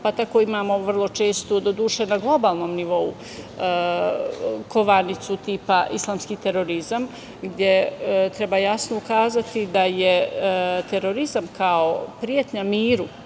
pa tako imamo vrlo često, doduše na globalnom nivou kovanicu tipa islamski terorizam gde treba jasno ukazati da je terorizam kao pretnja